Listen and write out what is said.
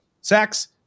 sacks